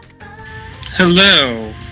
hello